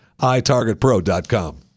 iTargetPro.com